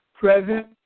Present